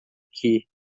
que